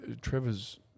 Trevor's